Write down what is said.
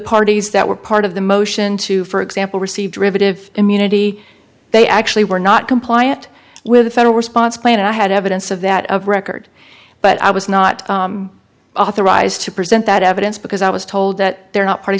parties that were part of the motion to for example received riveted of immunity they actually were not compliant with the federal response plan and i had evidence of that of record but i was not authorized to present that evidence because i was told that they're not part